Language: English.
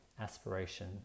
aspiration